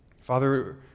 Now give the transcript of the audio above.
Father